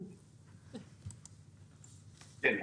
כן,